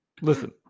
listen